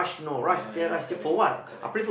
I know I know correct correct